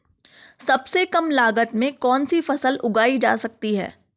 सबसे कम लागत में कौन सी फसल उगाई जा सकती है